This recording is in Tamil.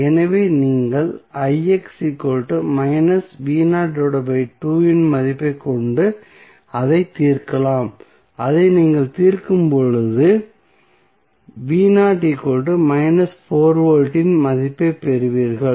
எனவே நீங்கள் இன் மதிப்பைக் கொண்டு அதை தீர்க்கலாம் அதை நீங்கள் தீர்க்கும்போது V இன் மதிப்பைப் பெறுவீர்கள்